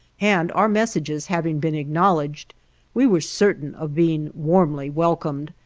and our messages having been acknowledged we were certain of being warmly welcomed,